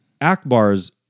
Akbar's